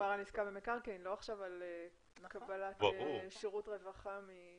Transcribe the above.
מדובר בעסקה במקרקעין ולא על קבלת שירות רווחה.